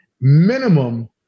minimum